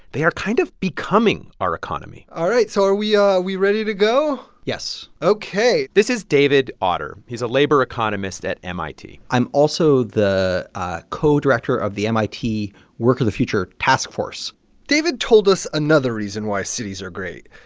they are kind of becoming our economy all right. so are we are we ready to go? yes ok this is david autor. he's a labor economist at mit i'm also the ah co-director of the mit work of the future task force david told us another reason why cities are great.